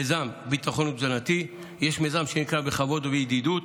מיזם ביטחון תזונתי ומיזם בכבוד וידידות.